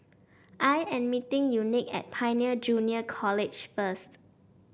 I am meeting Unique at Pioneer Junior College first